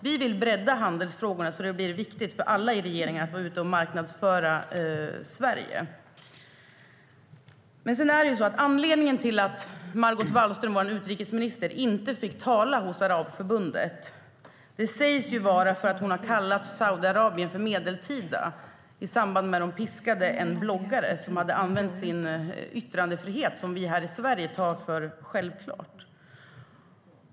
Vi vill bredda handelsfrågorna så att det blir viktigt för alla i regeringen att vara ute och marknadsföra Sverige.Anledningen till att Margot Wallström, vår utrikesminister, inte fick tala hos Arabförbundet sägs vara att hon har kallat Saudiarabien för medeltida i samband med att de har piskat en bloggare som hade använt sin yttrandefrihet. Yttrandefriheten tar vi här i Sverige för självklar.